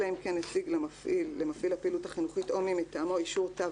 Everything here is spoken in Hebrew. אלא אם כן הציג למפעיל הפעילות החינוכית או מי מטעמו אישור "תו